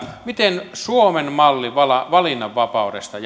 miten suomen malli valinnanvapaudesta